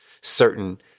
Certain